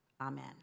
Amen